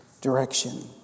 direction